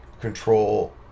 control